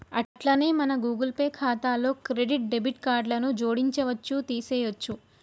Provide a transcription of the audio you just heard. అట్లనే మన Google Pay ఖాతాలో క్రెడిట్ డెబిట్ కార్డులను జోడించవచ్చు తీసేయొచ్చు